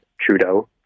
Trudeau